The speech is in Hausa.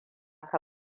ka